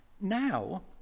now